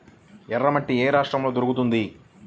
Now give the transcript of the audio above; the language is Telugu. ఎర్రమట్టి ఏ రాష్ట్రంలో దొరుకుతుంది?